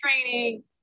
training